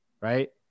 right